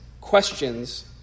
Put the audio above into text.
questions